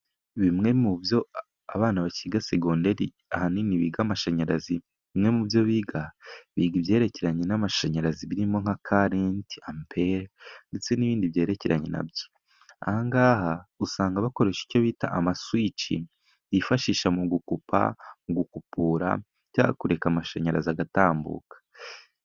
Bimwe mu byo abana bakiga segonderi ahanini biga amashanyarazi bimwe mu byo biga, biga ibyerekeranye n'amashanyarazi birimo nka kalenti, aperi , ndetse n'ibindi byerekeranye na byo. Aha ngaha usanga bakoresha icyo bita amasuwici bifashisha mu gukupa mu gukupura, bashaka kureka amashanyarazi agatambuka.